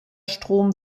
strom